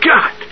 God